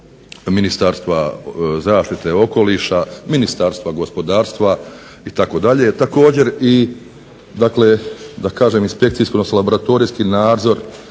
Ministarstva zaštite okoliša, Ministarstva gospodarstva itd. Također, i dakle da kažem inspekcijski, odnosno laboratorijski nadzor